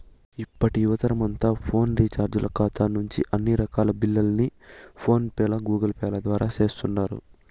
ఇప్పటి యువతరమంతా ఫోను రీచార్జీల కాతా నుంచి అన్ని రకాల బిల్లుల్ని ఫోన్ పే, గూగుల్పేల ద్వారా సేస్తుండారు